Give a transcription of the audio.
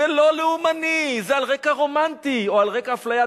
זה לא לאומני, זה על רקע רומנטי, או על רקע אפליה.